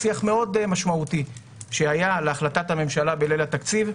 שיח מאוד משמעותי שהיה על החלטת הממשלה בליל התקציב,